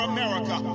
America